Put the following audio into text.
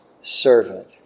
servant